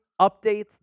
updates